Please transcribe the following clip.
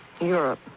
Europe